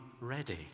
ready